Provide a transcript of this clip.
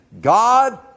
God